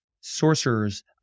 sorcerers